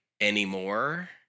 anymore